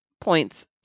points